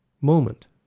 moment